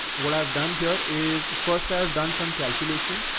what i've done here is first i've done some calculation.